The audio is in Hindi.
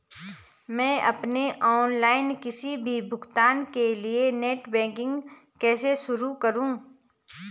मैं अपने ऑनलाइन किसी भी भुगतान के लिए नेट बैंकिंग कैसे शुरु करूँ?